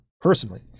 personally